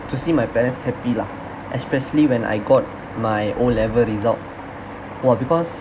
to see my parents happy lah especially when I got my o-level result !wah! because